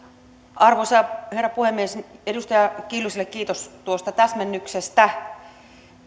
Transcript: arvoisa herra puhemies edustaja kiljuselle kiitos tuosta täsmennyksestä